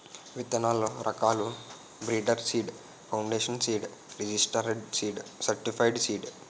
విత్తనాల్లో రకాలు breeder seed, foundation seed, registered seed, certified seed